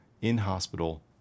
in-hospital